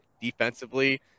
defensively